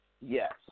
Yes